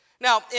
Now